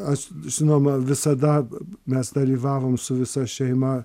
aš žinoma visada mes dalyvavom su visa šeima